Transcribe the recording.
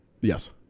Yes